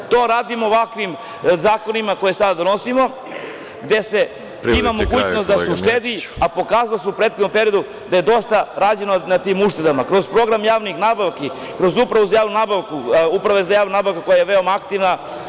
To radimo ovakvim zakonima koje sada donosimo, gde se ima mogućnost da se uštedi, a pokazalo se u prethodnom periodu da je dosta rađeno na tim uštedama, kroz program javnih nabavki, kroz upravu za javnu nabavku, uprave za javnu nabavku koja je veoma aktivna.